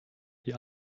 die